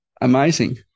Amazing